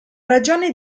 ragione